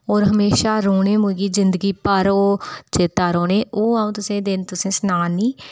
होर हमेशा रौह्ने मिकी ज़िन्दगी भर ओह् चेत्ता रौह्ने ओह् आ'ऊं तुसें दिन तुसें सनां नी